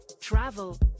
travel